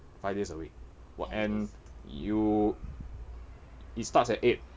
five days a week wa~ and you it starts at eight